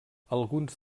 alguns